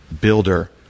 builder